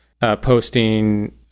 Posting